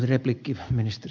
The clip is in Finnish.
arvoisa puhemies